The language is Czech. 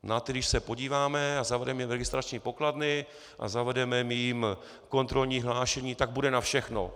Na ty když se podíváme a zavedeme jim registrační pokladny a zavedeme jim kontrolní hlášení, tak bude na všechno.